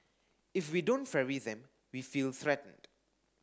if we don't ferry them we feel threatened